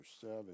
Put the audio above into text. seven